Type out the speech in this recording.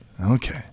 Okay